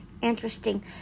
Interesting